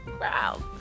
wow